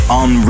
on